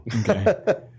Okay